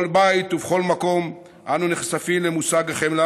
בכל בית ובכל מקום אנו נחשפים למושגי החמלה